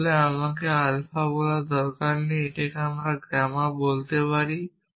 আসলে আমাকে আলফা বলার দরকার নেই আমি এটাকে গামা বলতে পারি